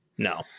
No